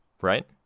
right